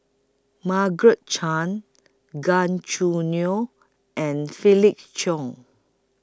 Margaret Chan Gan Choo Neo and Felix Cheong